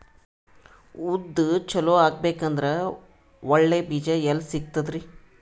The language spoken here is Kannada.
ಉದ್ದು ಚಲೋ ಆಗಬೇಕಂದ್ರೆ ಒಳ್ಳೆ ಬೀಜ ಎಲ್ ಸಿಗತದರೀ?